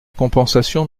compensation